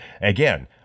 again